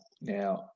Now